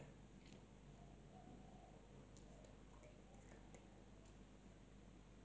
probably just one only cause I told you I'm losing weight that's why